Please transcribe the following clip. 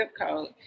code